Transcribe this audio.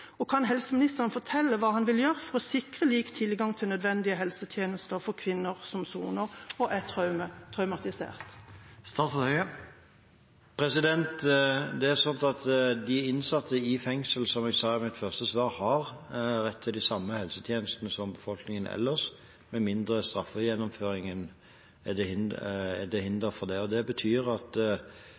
Kan helseministeren fortelle hva han vil gjøre for å sikre lik tilgang til nødvendige helsetjenester for kvinner som soner og er traumatisert? Det er sånn at de innsatte i fengsel, som jeg sa i mitt første svar, har rett til de samme helsetjenestene som befolkningen ellers, med mindre straffegjennomføringen er til hinder for det. Det betyr at også kvinner i fengsel som har behov for traumebehandling, skal få det enten av kommunehelsetjenesten, hvis det